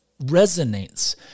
resonates